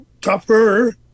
tougher